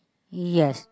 yes